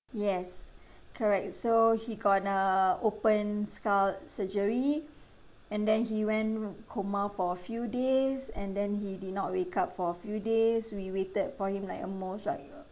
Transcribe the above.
yes correct so he going to open skull surgery and then he went coma for a few days and then he did not wake up for a few days we waited for him like almost like uh